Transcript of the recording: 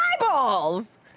eyeballs